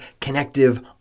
connective